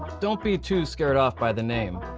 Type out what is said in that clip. don't be too scared off by the name.